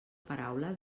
paraula